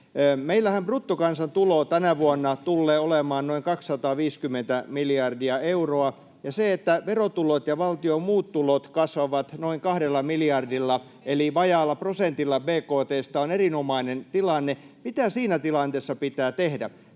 Meillähän bruttokansantulo tänä vuonna tullee olemaan noin 250 miljardia euroa, ja se, että verotulot ja valtion muut tulot kasvavat noin kahdella miljardilla, eli vajaalla prosentilla bkt:stä, on erinomainen tilanne. Mitä siinä tilanteessa pitää tehdä?